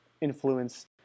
influence